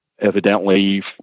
Evidently